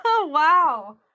wow